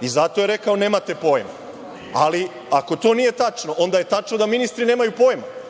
Zato je rekao – nemate pojma. Ali, ako to nije tačno, onda je tačno da ministri nemaju pojma.